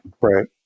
Right